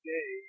Day